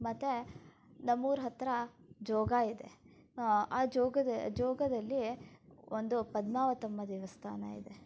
ಮತ್ತು ನಮ್ಮೂರ ಹತ್ರ ಜೋಗ ಇದೆ ಆ ಜೋಗದ ಜೋಗದಲ್ಲಿ ಒಂದು ಪದ್ಮಾವತಮ್ಮ ದೇವಸ್ಥಾನ ಇದೆ